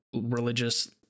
religious